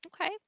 Okay